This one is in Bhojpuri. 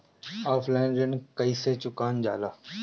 ऑफलाइन ऋण कइसे चुकवाल जाला?